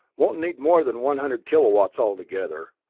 won't need more than one hundred kilowatts altogether,